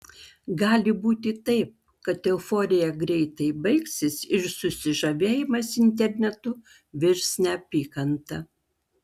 gali būti taip kad euforija greitai baigsis ir susižavėjimas internetu virs neapykanta